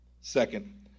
Second